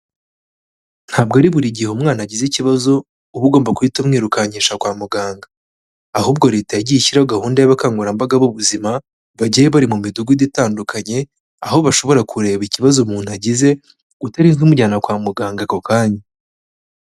Ntabwo ari buri gihe umwana agize ikibazo uba ugomba guhita umwirukangisha kwa muganga, ahubwo leta yagiye ishyiraho gahunda y'abakangurambaga b'ubuzima, bagiye bari mu midugudu itandukanye, aho bashobora kureba ikibazo umuntu agize, udahise umujyana kwa muganga ako kanya.